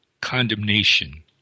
condemnation